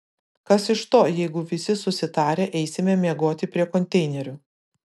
kas iš to jeigu visi susitarę eisime miegoti prie konteinerių